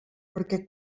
perquè